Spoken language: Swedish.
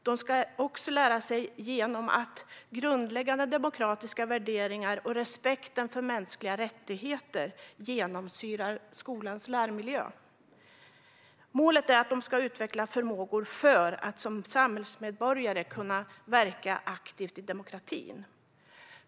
De ska lära sig genom att grundläggande demokratiska värderingar och respekten för mänskliga rättigheter genomsyrar skolans läromiljö. Målet är att de ska utveckla förmågor för att som samhällsmedborgare kunna verka aktivt i demokratin.